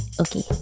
Okay